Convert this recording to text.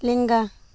ᱞᱮᱸᱜᱟ